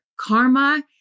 karma